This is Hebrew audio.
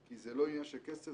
כי זה לא עניין של כסף,